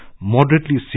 moderately